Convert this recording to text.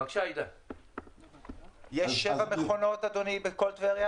יש שבע מכונות בטבריה?